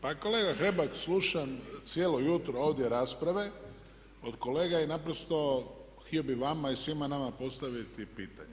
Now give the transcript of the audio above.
Pa kolega Hrebak, slušam cijelo jutro ovdje rasprave od kolega i naprosto htio bih vama i svima nama postaviti pitanje.